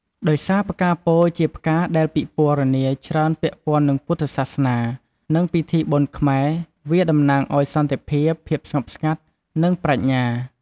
ដោយសារផ្កាពោធិ៍ជាផ្កាដែលពិពណ៌នាច្រើនពាក់ព័ន្ធនឹងពុទ្ធសាសនា និងពិធីបុណ្យខ្មែរ វាតំណាងឱ្យ សន្តិភាព ភាពស្ងប់ស្ងាត់ និងប្រាជ្ញា។